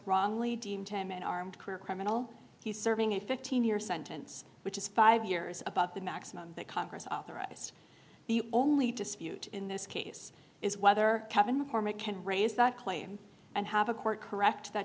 wrongly deemed him an armed career criminal he's serving a fifteen year sentence which is five years about the maximum that congress authorized the only dispute in this case is whether kevin mccormick can raise that claim and have a court correct that